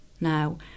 now